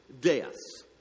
deaths